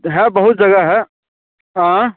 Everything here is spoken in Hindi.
हाँ बहुत जगाह है हाँ